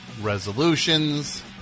resolutions